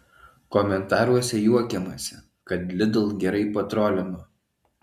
komentaruose juokiamasi kad lidl gerai patrolino